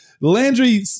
Landry